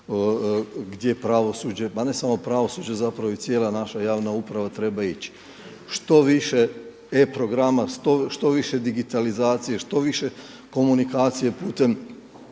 gdje pravosuđe, pa ne samo pravosuđe zapravo i cijela naša javna uprava treba ići. Što više e-programa, što više digitalizacije, što više komunikacije putem